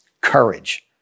Courage